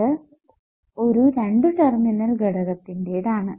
ഇത് ഒരു രണ്ടു ടെർമിനൽ ഘടകത്തിന്റേതാണ്